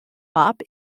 hop